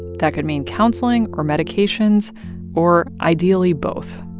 that could mean counseling or medications or, ideally, both